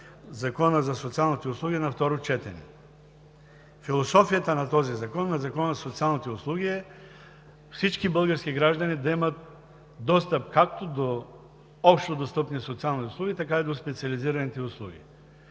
Закона за социалните услуги на второ четене. Философията на този закон – на Закона за социалните услуги, е: всички български граждани да имат достъп както до общодостъпни социални услуги, така и до специализираните услуги.